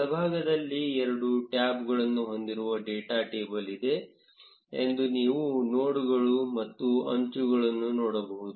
ಬಲಭಾಗದಲ್ಲಿ ಎರಡು ಟ್ಯಾಬ್ಗಳನ್ನು ಹೊಂದಿರುವ ಡೇಟಾ ಟೇಬಲ್ ಇದೆ ಎಂದು ನೀವು ನೋಡ್ಗಳು ಮತ್ತು ಅಂಚುಗಳು ನೋಡಬಹುದು